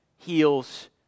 heals